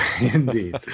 Indeed